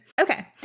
Okay